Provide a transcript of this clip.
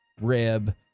rib